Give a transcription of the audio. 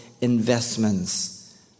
investments